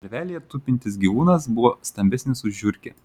narvelyje tupintis gyvūnas buvo stambesnis už žiurkę